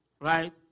Right